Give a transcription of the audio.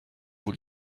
vous